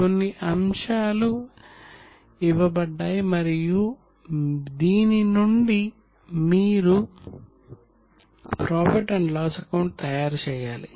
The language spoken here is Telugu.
కొన్ని అంశాలు ఇవ్వబడ్డాయి మరియు దీని నుండి మీరు ప్రాఫిట్ అండ్ లాస్ అకౌంట్ తయారుచేయాలి